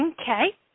Okay